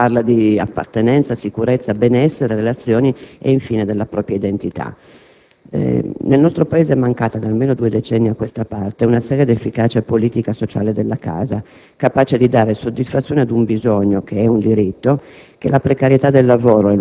che ci parla di appartenenza, sicurezza, benessere, relazioni e, infine, della propria identità. Nel nostro Paese è mancata da almeno due decenni a questa parte una seria ed efficace politica sociale della casa, capace di dare soddisfazione ad un bisogno, che è un diritto,